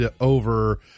over